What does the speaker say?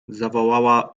zawołała